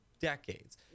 decades